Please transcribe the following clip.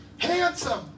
handsome